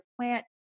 plant